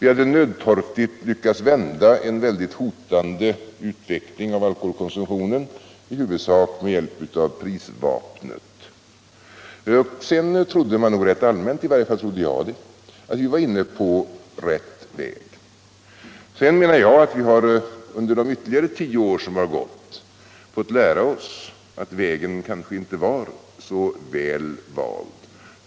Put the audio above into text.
Vi hade nödtorftigt lyckats vända en väldigt hotande utveckling av alkoholkonsumtionen, i huvudsak med hjälp av prisvapnet. Man trodde nog rätt allmänt — i varje fall trodde jag det — att vi var inne på rätt väg. Under de ytterligare tio år som gått har vi, anser jag, fått lära oss att vägen kanske inte var så väl vald.